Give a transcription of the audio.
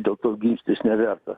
dėl to ginčytis neverta